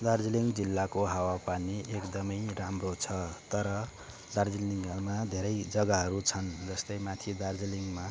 दार्जिलिङ जिल्लाको हावा पानी एकदमै राम्रो छ तर दार्जिलिङ धेरै जग्गाहरू छन् जस्तै माथि दार्जिलिङमा